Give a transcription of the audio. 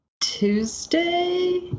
Tuesday